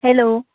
hello